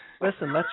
Listen